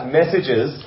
messages